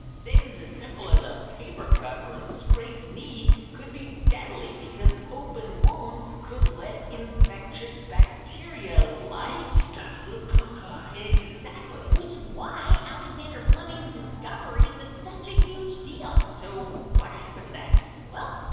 things as simple as a paper cut or a scraped knee could be deadly because open wounds could let infectious bacteria like. staphylococci exactly which is why alexander fleming's discovery was such a huge deal so what happened next? well,